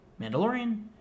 Mandalorian